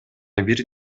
бир